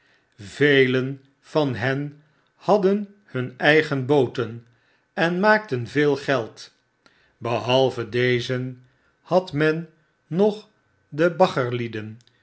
velen van hen hadden hun eigen booten en maakten veel geld behalve dezen had men nog de